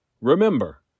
Remember